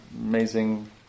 amazing